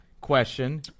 question